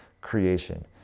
creation